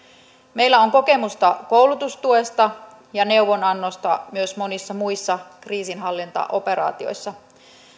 meillä on kokemusta koulutustuesta ja neuvonannosta myös monissa muissa kriisinhallintaoperaatioissa